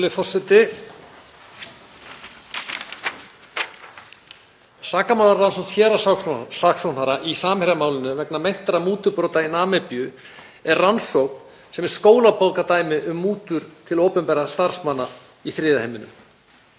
Sakamálarannsókn héraðssaksóknara í Samherjamálinu vegna meintra mútubrota í Namibíu er rannsókn sem er skólabókardæmi um mútur til opinberra starfsmanna í þriðja heiminum.